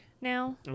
now